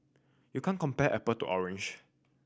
you can't compare apple to orange